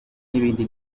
n’ibindi